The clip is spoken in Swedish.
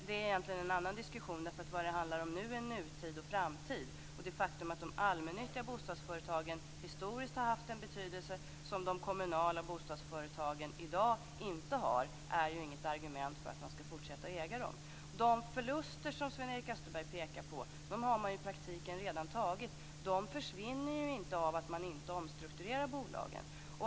Det är egentligen en annan diskussion. Vad det handlar om nu är nutid och framtid. Det faktum att de allmännyttiga bostadsföretagen historiskt har haft en betydelse som de kommunala bostadsföretagen i dag inte har är inget argument för att kommunerna skall fortsätta att äga fastigheterna. De förluster som Sven-Erik Österberg pekar på har man i praktiken redan tagit. De försvinner inte om man inte omstrukturerar bolagen.